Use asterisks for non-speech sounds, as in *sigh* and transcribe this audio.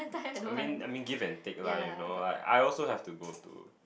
*noise* I mean I mean give and take lah you know I I also have to go to